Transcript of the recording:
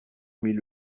mille